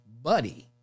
Buddy